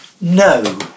No